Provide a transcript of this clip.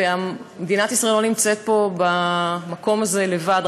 ומדינת ישראל לא נמצאת במקום הזה לבד.